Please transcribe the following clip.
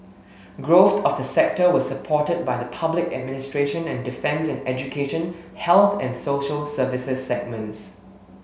growth of the sector was supported by the public administration and defence and education health and social services segments